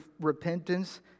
repentance